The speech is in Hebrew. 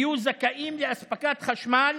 יהיו זכאים לאספקת חשמל